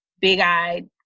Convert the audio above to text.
big-eyed